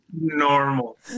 Normal